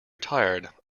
retired